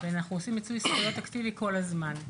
ואנחנו עושים מיצוי זכויות אקטיבי כל הזמן,